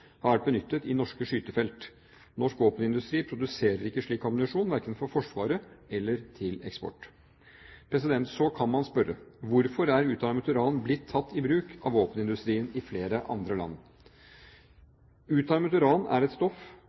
har vært benyttet i norske skytefelt. Norsk våpenindustri produserer ikke slik ammunisjon, verken for Forsvaret eller til eksport. Så kan man spørre: Hvorfor er utarmet uran blitt tatt i bruk av våpenindustrien i flere andre land? Utarmet uran er et stoff,